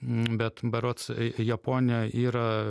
bet berods japonijoj yra